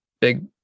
big